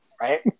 right